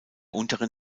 unteren